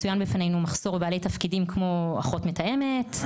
צוין בפנינו מחסור בבעלי תפקידים כמו אחות מתאמת,